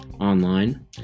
online